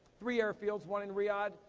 three airfields, one in riyadh,